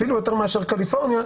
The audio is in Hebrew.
אפילו יותר מאשר קליפורניה,